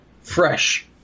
fresh